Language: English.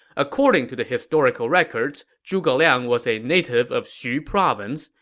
according to the historical records, zhuge liang was a native of xu province.